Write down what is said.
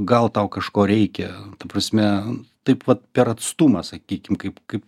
gal tau kažko reikia ta prasme taip vat per atstumą sakykim kaip kaip